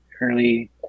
early